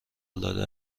العاده